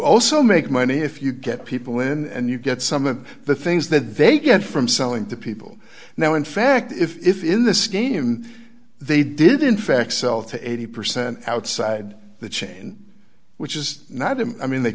also make money if you get people and you get some of the things that they get from selling to people now in fact if in the scheme they did in fact sell to eighty percent outside the chain which is not him i mean they